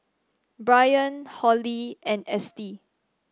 Brian Holly and Estie